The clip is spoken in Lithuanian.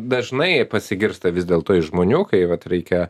dažnai pasigirsta vis dėlto iš žmonių kai vat reikia